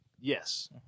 Yes